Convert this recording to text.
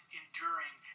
enduring